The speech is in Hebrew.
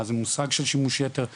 מה זה מושג של שימוש יתר מקנאביס,